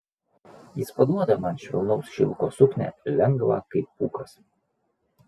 jis paduoda man švelnaus šilko suknią lengvą kaip pūkas